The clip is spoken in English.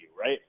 right